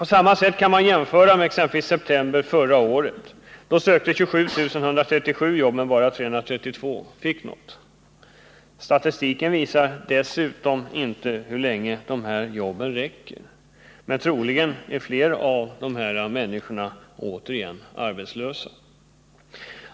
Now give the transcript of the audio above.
På samma sätt kan man jämföra med exempelvis september förra året. Då sökte 27137 jobb, men bara 332 fick något. Statistiken visar dessutom inte hur länge dessa jobb räcker, men troligen är fler av dessa människor återigen arbetslösa.